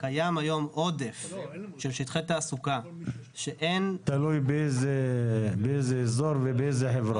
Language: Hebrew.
שקיים היום עודף של שטחי תעסוקה --- תלוי באיזה אזור ובאיזו חברה.